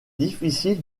difficile